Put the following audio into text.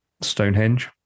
Stonehenge